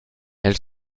elle